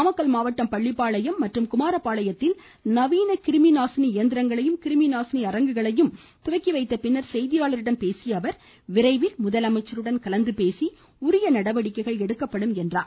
நாமக்கல் மாவட்டம் பள்ளிபாளையம் குமாரபாளையத்தில் நவீன கிருமி நாசினி இயந்திரங்களையும் கிருமி நாசினி அரங்குகளையும் துவக்கி வைத்த பின்னர் செய்தியாளரிடம் பேசிய அவர் விரைவில் முதலமைச்சருடன் கலந்து பேசி உரிய நடவடிக்கை எடுக்கப்படும் என்றார்